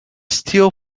steel